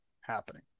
happening